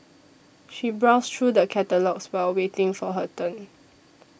she browsed through the catalogues while waiting for her turn